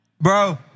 Bro